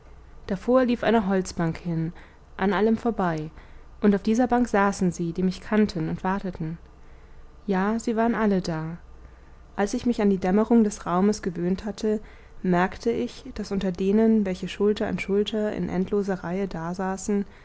davor lief eine holzbank hin an allem vorbei und auf dieser bank saßen sie die mich kannten und warteten ja sie waren alle da als ich mich an die dämmerung des raumes gewöhnt hatte merkte ich daß unter denen welche schulter an schulter in endloser reihe dasaßen